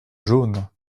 jaune